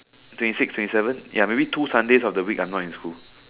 twenty six twenty seven ya maybe two Sundays of the week I'm not in school